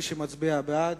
מי שמצביע בעד,